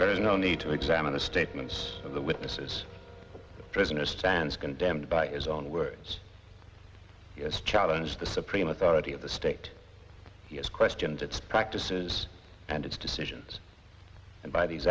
there is no need to examine the statements of the witnesses present stands condemned by his own words yes challenge the supreme authority of the state he has questioned its practices and its decisions and by these